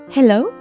Hello